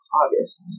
August